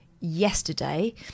yesterday